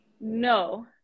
No